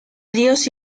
ríos